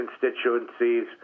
constituencies